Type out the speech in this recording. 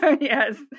Yes